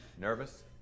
Nervous